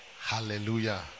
Hallelujah